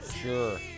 Sure